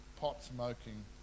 pot-smoking